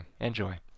Enjoy